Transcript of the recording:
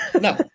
no